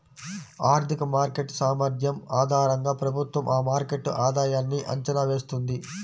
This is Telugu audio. ఆర్థిక మార్కెట్ సామర్థ్యం ఆధారంగా ప్రభుత్వం ఆ మార్కెట్ ఆధాయన్ని అంచనా వేస్తుంది